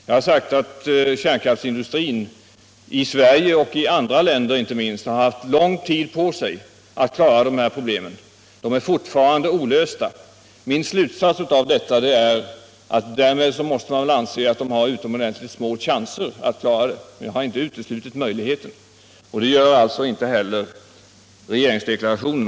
Jag har sagt att kärnkraftsindustrin i Sverige och, inte minst, i andra länder har haft lång tid på sig att klara de här problemen, men de är fortfarande olösta. Min slutsats av detta är att man därmed måste anse att chanserna är utomordentligt små att klara dem. Jag har emellertid inte uteslutit möjligheten, och det gör inte regeringsdeklarationen.